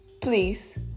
please